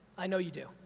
i know you do.